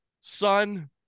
son